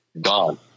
gone